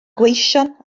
gweision